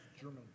German